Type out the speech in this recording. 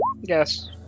Yes